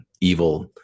evil